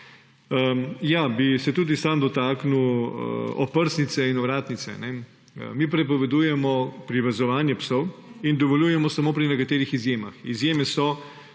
sam bi se dotaknil oprsnice in ovratnice. Mi prepovedujemo privezovanje psov in dovoljujemo samo pri nekaterih izjemah. Izjeme so